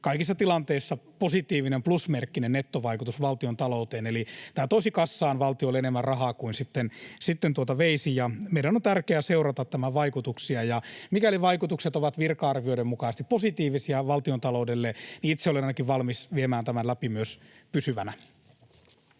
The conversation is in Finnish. kaikissa tilanteissa positiivinen plusmerkkinen nettovaikutus valtiontalouteen, eli tämä toisi kassaan valtiolle enemmän rahaa kuin veisi. Meidän on tärkeää seurata tämän vaikutuksia, ja mikäli vaikutukset ovat virka-arvioiden mukaisesti positiivisia valtiontaloudelle, niin itse olen ainakin valmis viemään tämän läpi myös pysyvänä.